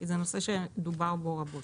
זה נושא שדובר עליו רבות.